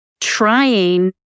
trying